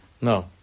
No